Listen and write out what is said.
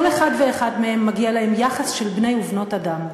כל אחד ואחד מהם, מגיע להם יחס של בני ובנות אדם.